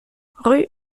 rue